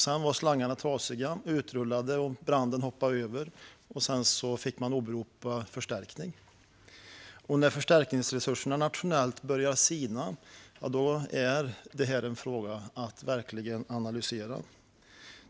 Sedan var slangarna trasiga eller utrullade, och branden hoppade över och man fick kalla in förstärkning. När förstärkningsresurserna nationellt börjar sina är det här en fråga att verkligen analysera.